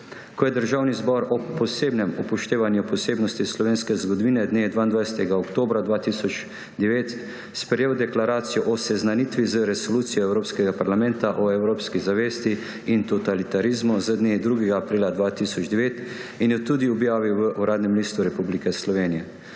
ko je Državni zbor ob posebnem upoštevanju posebnosti slovenske zgodovine dne 22. oktobra 2009 sprejel Deklaracijo o seznanitvi z Resolucijo Evropskega parlamenta o evropski zavesti in totalitarizmu z dne 2. aprila 2009 in jo tudi objavil v Uradnem listu Republike Slovenije.